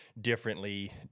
differently